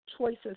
choices